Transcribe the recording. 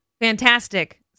fantastic